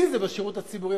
אם זה בשירות הציבורי,